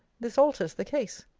this alters the case.